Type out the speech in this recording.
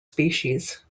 species